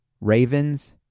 ravens